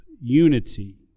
unity